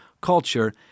culture